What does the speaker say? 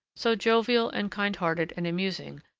so jovial and kind-hearted and amusing,